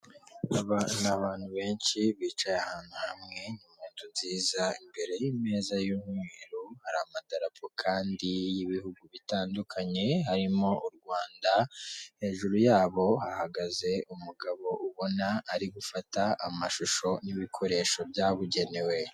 Aba ni abantu benshi bicaye ahantu hamwe mu nzu nziza mu nzu niza imbere y'imeza y'umweru hari amadarapo kandi y'ibihugu bitandukanye harimo u Rwanda. Hejuru yabo hahagaze akazi ubona ko ari gufata amashusho n'ibikoresho byabugenewe.